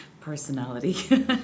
personality